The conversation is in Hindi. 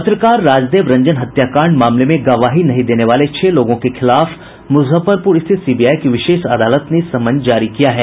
पत्रकार राजदेव रंजन हत्याकांड मामले में गवाही नहीं देने वाले छह लोगों के खिलाफ मुजफ्फरपुर स्थित सीबीआई की विशेष अदालत ने समन जारी किया है